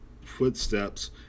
footsteps